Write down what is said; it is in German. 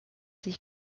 sich